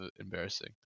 embarrassing